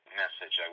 message